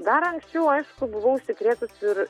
dar anksčiau aš buvau užsikrėtus ir